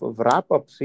wrap-up